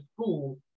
school